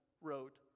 wrote